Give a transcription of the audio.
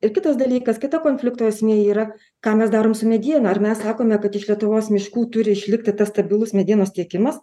ir kitas dalykas kita konflikto esmė yra ką mes darom su mediena ar mes sakome kad iš lietuvos miškų turi išlikti tas stabilus medienos tiekimas